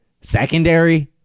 secondary